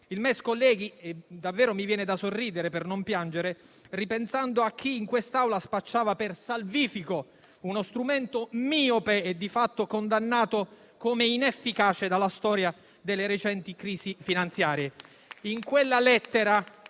o BEI. Colleghi, mi viene davvero da sorridere per non piangere ripensando a chi, in quest'Aula, spacciava per salvifico uno strumento miope e di fatto condannato come inefficace dalla storia delle recenti crisi finanziarie.